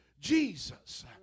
Jesus